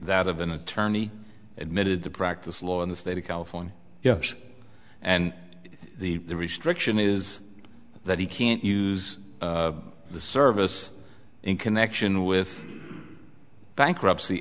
that of an attorney admitted to practice law in the state of california yes and the restriction is that he can't use the service in connection with bankruptcy